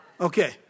Okay